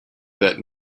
that